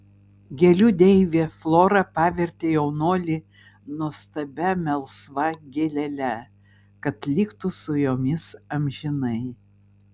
gėlių deivė flora pavertė jaunuolį nuostabia melsva gėlele kad liktų su jomis amžinai